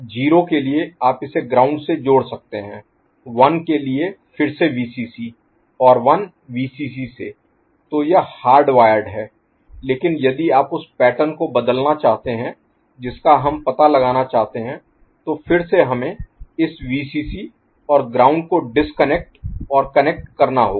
0 के लिए आप इसे ग्राउंड से जोड़ सकते हैं 1 के लिए फिर से Vcc और 1 Vcc से तो यह हार्ड वायर्ड है लेकिन यदि आप उस पैटर्न को बदलना चाहते हैं जिसका हम पता लगाना चाहते हैं तो फिर से हमें इस Vcc और ग्राउंड को डिस्कनेक्ट और कनेक्ट करना होगा